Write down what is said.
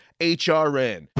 hrn